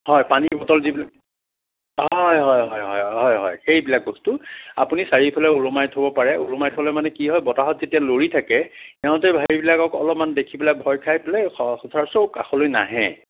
হয় পানীৰ বটল যিটো হয় হয় হয় হয় সেইবিলাক বস্তু আপুনি চাৰিওফালে ওলমাই থ'ব পাৰে ওলমাই থ'লে কি হয় বতাহত যেতিয়া লৰি থাকে সিহঁতে সেইবিলাকক অলপমান দেখি পেলাই ভায় খাই পেলাই স সচৰাচৰ কাষলৈ নাহে